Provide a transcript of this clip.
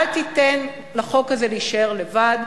אל תיתן לחוק הזה להישאר לבד,